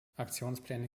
aktionspläne